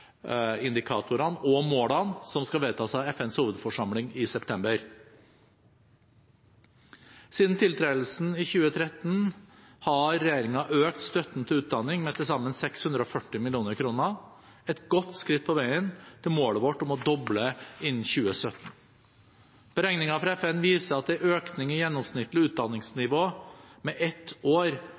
som skal vedtas av FNs hovedforsamling i september. Siden tiltredelsen i 2013 har regjeringen økt støtten til utdanning med til sammen 640 mill. kr, et godt skritt på veien til målet vårt om å doble innen 2017. Beregninger fra FN viser at en økning i gjennomsnittlig utdanningsnivå med ett år